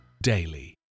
daily